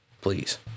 please